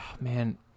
Man